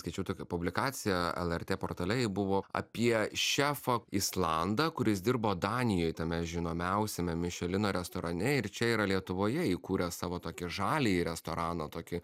skaičiau tokią publikaciją lrt portale ji buvo apie šefą islandą kuris dirbo danijoj tame žinomiausiame mišelino restorane ir čia yra lietuvoje įkūręs savo tokį žaliąjį restoraną tokį